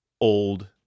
old